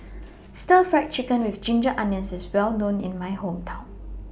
Stir Fried Chicken with Ginger Onions IS Well known in My Hometown